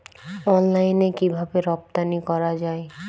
অনলাইনে কিভাবে রপ্তানি করা যায়?